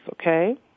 okay